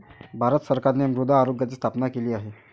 भारत सरकारने मृदा आरोग्याची स्थापना केली आहे